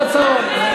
ההצעות.